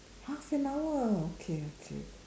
half and hour okay okay